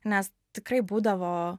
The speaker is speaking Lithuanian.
nes tikrai būdavo